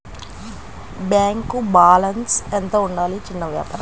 Bank balance ఎంత ఉండాలి చిన్న వ్యాపారానికి?